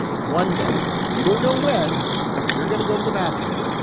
one day you don't know when you're going to go to the bathroom,